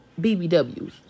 bbws